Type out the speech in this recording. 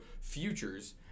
futures